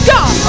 God